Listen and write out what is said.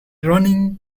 running